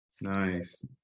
nice